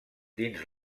dins